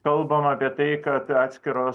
kalbama apie tai kad atskiros